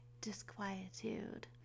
disquietude